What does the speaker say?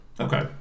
Okay